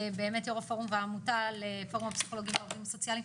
יו"ר הפורום והעמותה לפורום הפסיכולוגים והעובדים הסוציאליים,